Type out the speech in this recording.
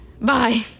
bye